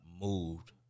moved